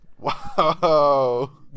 Wow